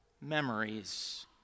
memories